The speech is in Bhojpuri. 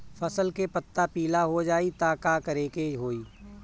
फसल के पत्ता पीला हो जाई त का करेके होई?